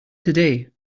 today